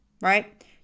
right